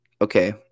Okay